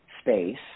space